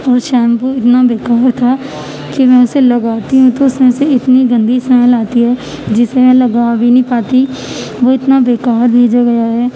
وہ شیمپو اتنا بیکار تھا کہ میں اسے لگاتی ہوں تو اس میں سے اتنی گندی اسمیل آتی ہے جسے میں لگا بھی نہیں پاتی وہ اتنا بیکار بھیجا گیا ہے